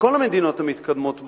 בכל המדינות המתקדמות בעולם,